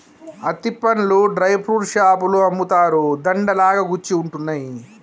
అత్తి పండ్లు dry fruits షాపులో అమ్ముతారు, దండ లాగా కుచ్చి ఉంటున్నాయి